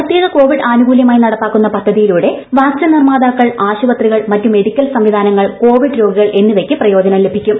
പ്രത്യേക കോവിഡ് ആനുകൂല്യമായി നടപ്പാക്കുന്ന പദ്ധതിയിലൂടെ വാക്സിൻ നിർമാതാക്കൾ ആശുപത്രികൾ മറ്റു മെഡിക്കൽ സംവിധാനങ്ങൾ കോവിഡ് രോഗികൾ എന്നിവയ്ക്ക് പ്രയോജനം ലഭിക്കും